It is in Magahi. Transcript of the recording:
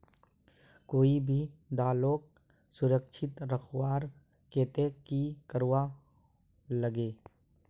कोई भी दालोक सुरक्षित रखवार केते की करवार लगे?